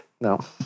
No